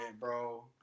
bro